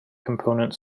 component